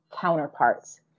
counterparts